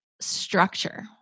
structure